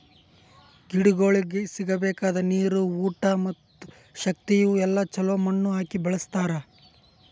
ಗಿಡಗೊಳಿಗ್ ಸಿಗಬೇಕಾದ ನೀರು, ಊಟ ಮತ್ತ ಶಕ್ತಿ ಇವು ಎಲ್ಲಾ ಛಲೋ ಮಣ್ಣು ಹಾಕಿ ಬೆಳಸ್ತಾರ್